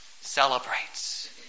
celebrates